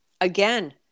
again